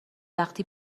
وقتی